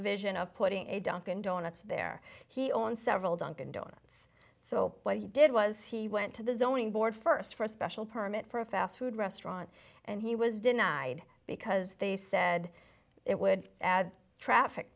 vision of putting a dunkin donuts there he owns several dunkin donuts so what he did was he went to the zoning board first for a special permit for a fast food restaurant and he was denied because they said it would add traffic